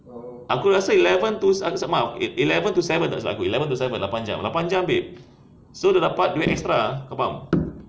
aku rasa eleven to maaf eleven to seven tak salah eleven to seven lapan lapan jam babe so dia dapat duit extra kau faham